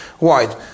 wide